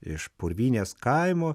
iš purvynės kaimo